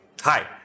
Hi